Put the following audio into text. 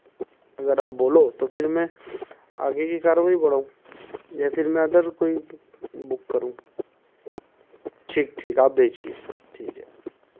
अगर आप बोलो तो फिर मैं आगे की कार्यवाही बढ़ाऊँ या फिर मैं अदर कोई बुक करूँ ठीक ठीक आप भेजिए ठीक है